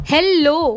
Hello